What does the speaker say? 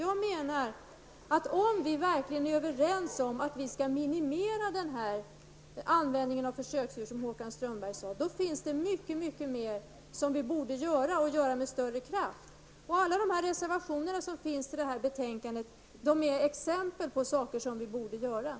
Jag menar att om vi verkligen är överens om att minimera användningen av försöksdjur, som Håkan Strömberg sade, finns det mycket mer som borde göras och göras med större kraft. I alla reservationer finns det exempel på saker som borde göras.